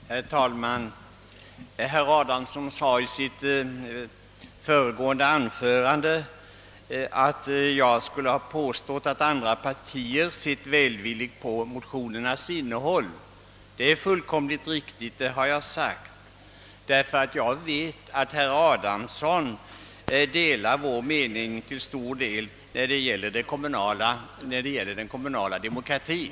Herr talman! Herr Adamsson nämnde Åtgärder i syfte att fördjupa och stärka det svenska folkstyret i sitt förra anförande att jag skulle ha påstått att andra partier sett välvilligt på motionernas innehåll. Det är fullkomligt riktigt; det har jag sagt. Jag vet, att t.ex. herr Adamsson i stor utsträckning delar vår mening när det gäller den kommunala demokratien.